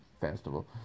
festival